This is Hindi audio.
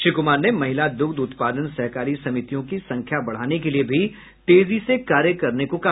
श्री कुमार ने महिला दुग्ध उत्पादन सहकारी समितियों की संख्या बढ़ाने के लिये भी तेजी से कार्य करने को कहा